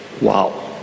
Wow